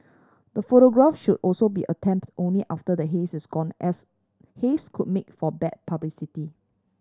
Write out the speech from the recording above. the photograph should also be attempted only after the haze is gone as haze could make for bad publicity